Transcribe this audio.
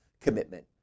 commitment